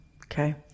Okay